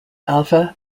alpha